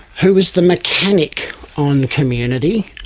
who was the mechanic on community,